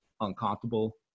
uncomfortable